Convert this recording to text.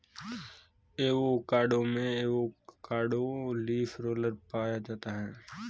avocado में avocado leaf roller पाया जाता है